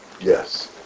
Yes